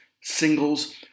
singles